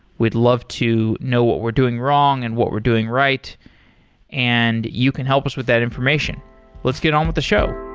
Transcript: we'd love to know what we're doing wrong and what we're doing right and you can help us with that information let's get on with the show.